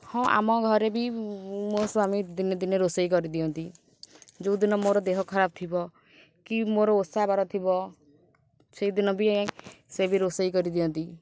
ହଁ ଆମ ଘରେ ବି ମୋ ସ୍ଵାମୀ ଦିନେ ଦିନେ ରୋଷେଇ କରିଦିଅନ୍ତି ଯେଉଁ ଦିନ ମୋର ଦେହ ଖରାପ ଥିବ କି ମୋର ଓଷା ବାର ଥିବ ସେହିଦିନ ବି ସେ ବି ରୋଷେଇ କରିଦିଅନ୍ତି